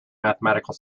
mathematical